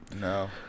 No